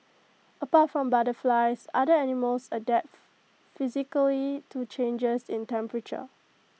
apart from butterflies other animals adapt physically to changes in temperature